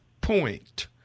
point